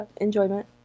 enjoyment